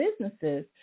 businesses